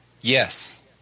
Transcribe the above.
Yes